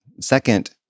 Second